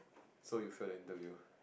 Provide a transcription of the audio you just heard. so you failed the interview